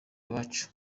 iwacu